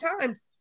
times